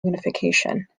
unification